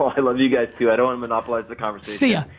i love you guys, too. i don't monopolize the conversation. see ya.